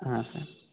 ಹಾಂ ಸರ್